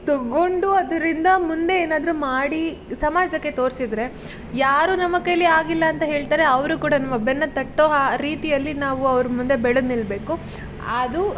ತೊಗೊಂಡು ಅದರಿಂದ ಮುಂದೆ ಏನಾದ್ರೂ ಮಾಡಿ ಸಮಾಜಕ್ಕೆ ತೋರಿಸಿದ್ರೆ ಯಾರು ನಮ್ಮ ಕೈಯಲ್ಲಿ ಆಗಿಲ್ಲ ಅಂತ ಹೇಳ್ತಾರೆ ಅವರು ಕೂಡ ನಮ್ಮ ಬೆನ್ನು ತಟ್ಟೋ ಆ ರೀತಿಯಲ್ಲಿ ನಾವು ಅವ್ರ ಮುಂದೆ ಬೆಳೆದು ನಿಲ್ಲಬೇಕು ಅದು